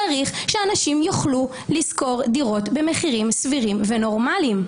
צריך שאנשים יוכלו לשכור דירות במחירים סבירים ונורמליים.